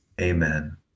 Amen